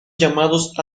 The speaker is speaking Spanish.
llamados